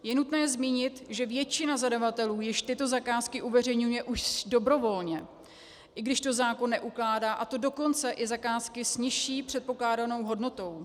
Je nutné zmínit, že většina zadavatelů již tyto zakázky uveřejňuje dobrovolně, i když to zákon neukládá, a to dokonce i zakázky s nižší předpokládanou hodnotou.